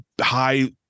high